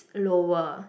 lower